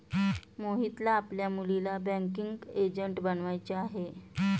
मोहितला आपल्या मुलीला बँकिंग एजंट बनवायचे आहे